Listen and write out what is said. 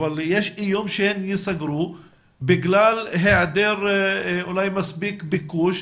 איום שהם יסגרו אולי בגלל היעדר מספיק של ביקוש,